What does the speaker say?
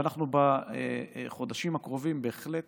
ואנחנו בחודשים האחרונים בהחלט